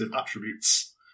attributes